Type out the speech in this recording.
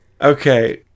Okay